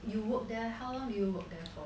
you work there how long did you work there for